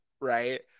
right